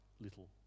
little